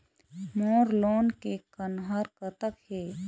मोर loan के कन्हार कतक हे?